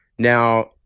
Now